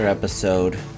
episode